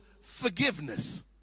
forgiveness